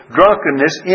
drunkenness